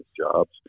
jobs